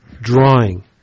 drawing